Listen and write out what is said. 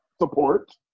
support